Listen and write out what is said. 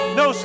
no